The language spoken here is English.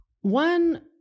One